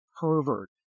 pervert